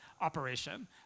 operation